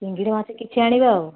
ଚିଙ୍ଗିଡ଼ି ମାଛ କିଛି ଆଣିବା ଆଉ